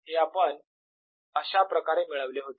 हे आपण अशा प्रकारे मिळवले होते